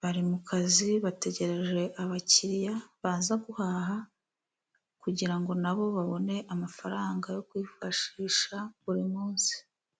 bari mu kazi bategereje abakiriya baza guhaha, kugira ngo nabo babone amafaranga yo kwifashisha buri munsi.